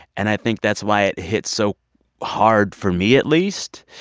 and i think that's why it hits so hard for me at least.